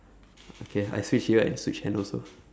okay I switch ear and switch hand also